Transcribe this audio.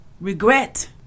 regret